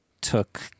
took